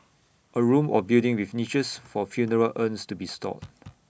A room or building with niches for funeral urns to be stored